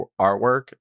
artwork